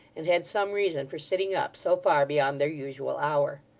and had some reason for sitting up so far beyond their usual hour.